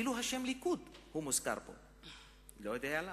אפילו השם ליכוד מוזכר פה, אני לא יודע למה.